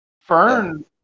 Fern